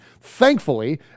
thankfully